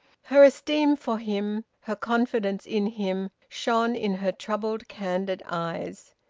her esteem for him, her confidence in him, shone in her troubled, candid eyes.